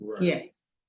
yes